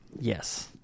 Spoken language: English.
Yes